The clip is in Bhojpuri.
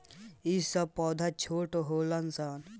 ई सब पौधा छोट होलन सन